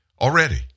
already